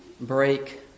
break